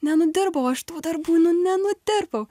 nenudirbau aš tų darbų nu nenudirbau